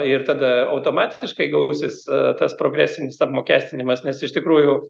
ir tada automatiškai gausis tas progresinis apmokestinimas nes iš tikrųjų